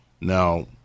Now